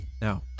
Now